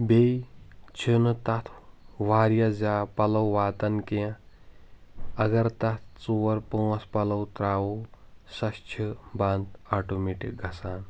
بیٚیہ چھِنہٕ تَتھ واریاہ زیاد پَلو واتَن کیٚنٛہہ اگر تَتھ ژور پٲنٛژھ پَلٕو ترٛاوو سۄ چھِ بَنٛد آٹومیٹِک گَژھان